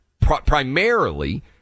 primarily